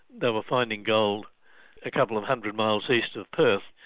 they were finding gold a couple of hundred miles east of perth.